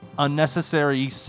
Unnecessary